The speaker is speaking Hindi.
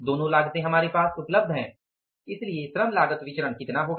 दोनों लागतें हमारे पास उपलब्ध हैं इसलिए श्रम लागत विचरण कितना होगा